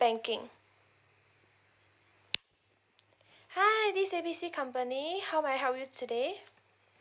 banking hi this is A B C company how may I help you today